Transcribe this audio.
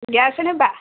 gas ନେବା